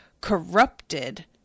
corrupted